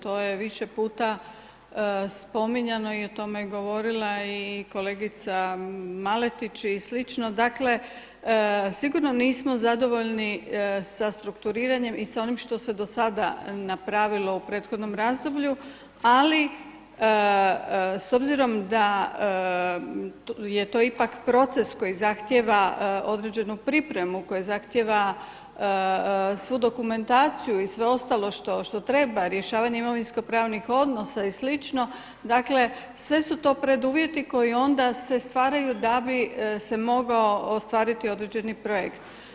To je više puta spominjano i o tome je govorila i kolegica Maletić i slično, dakle, sigurno nismo zadovoljni sa strukturiranjem i sa onim što se do sada napravilo u prethodnom razdoblju, ali s obzirom da je to ipak proces koji zahtijeva određenu pripremu, koji zahtijeva svu dokumentaciju i sve ostalo što treba, rješavanje imovinskopravnih odnosa i slično, dakle sve su to preduvjeti koji onda se stvaraju da bi se mogao ostvariti određeni projekt.